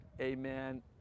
amen